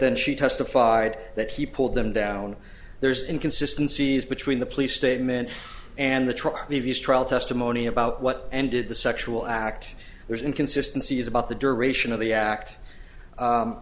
then she testified that he pulled them down there's inconsistency is between the police statement and the truck levy's trial testimony about what ended the sexual act there's inconsistency is about the duration of the